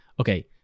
Okay